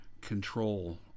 control